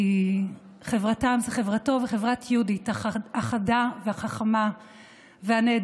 כי חברתם זה חברתו וחברת יהודית החדה והחכמה והנהדרת,